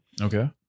Okay